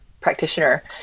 practitioner